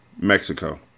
Mexico